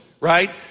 right